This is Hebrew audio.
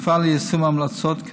נפעל ליישום ההמלצות,